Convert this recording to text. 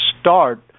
start